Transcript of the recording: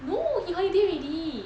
no he holiday already